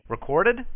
Recorded